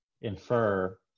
infer